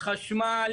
חשמל